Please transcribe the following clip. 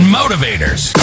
motivators